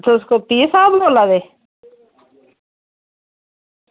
तुस कु'न P A साह्ब बोला दे